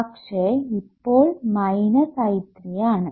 പക്ഷേ ഇപ്പോൾ minus I3 ആണ്